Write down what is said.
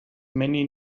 many